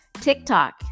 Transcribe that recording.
TikTok